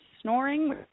snoring